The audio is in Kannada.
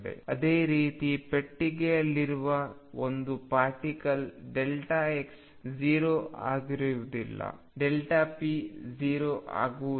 ಅದೇ ರೀತಿ ಪೆಟ್ಟಿಗೆಯಲ್ಲಿರುವ ಒಂದು ಪಾರ್ಟಿಕಲ್ x 0 ಆಗುವುದಿಲ್ಲp 0 ಆಗುವುದಿಲ್ಲ